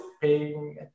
paying